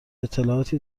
اطلاعاتی